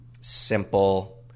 simple